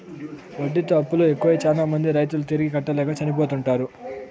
వడ్డీతో అప్పులు ఎక్కువై శ్యానా మంది రైతులు తిరిగి కట్టలేక చనిపోతుంటారు